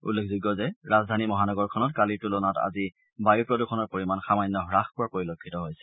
উল্লেখযোগ্য যে ৰাজধানী মহানগৰীখনত কালিৰ তুলনাত আজি বায়ু প্ৰদূষণৰ পৰিমাণ সামান্য হ্ৰাস পোৱা পৰিলক্ষিত হৈছে